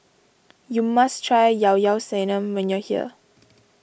you must try Llao Llao Sanum when you are here